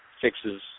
fixes